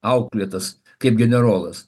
auklėtas kaip generolas